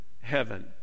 heaven